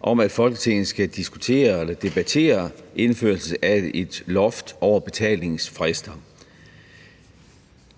om, at Folketinget skal debattere en indførelse af et loft over betalingsfrister.